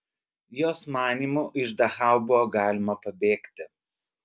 jos manymu iš dachau buvo galima pabėgti